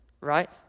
right